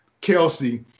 Kelsey